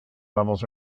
levels